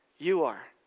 you are.